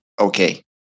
okay